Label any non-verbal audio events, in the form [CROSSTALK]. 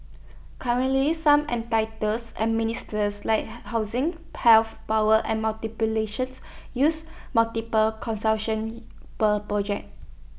currently some [UNINTELLIGIBLE] and ministers like housing health power and [UNINTELLIGIBLE] use multiple consultation per project